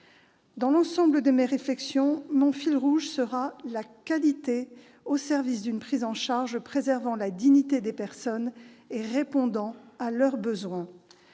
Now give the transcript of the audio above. Dans l'ensemble de mes réflexions, mon fil rouge sera la qualité au service d'une prise en charge préservant la dignité des personnes et répondant à leurs besoins.